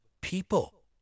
people